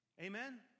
Amen